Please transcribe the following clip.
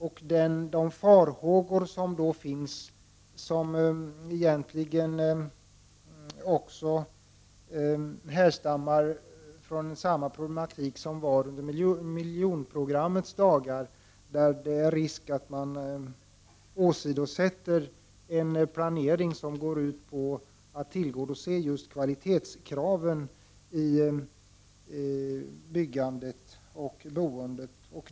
Vi hyser därför vissa farhågor — som härstammar från miljonprogrammets dagar då man hade samma problem —- om att man skall åsidosätta en planering som går ut på att tillgodose just kvalitetskraven i byggandet och boendet.